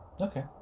Okay